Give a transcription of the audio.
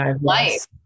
life